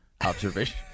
observation